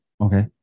Okay